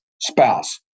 spouse